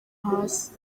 hasi